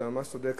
אתה ממש צודק,